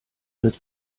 wird